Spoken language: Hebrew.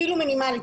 אפילו מינימלית,